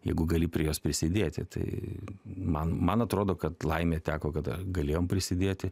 jeigu gali prie jos prisidėti tai man man atrodo kad laimė teko kad galėjom prisidėti